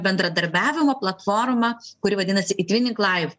bendradarbiavimo platforma kuri vadinasi itvinink laiv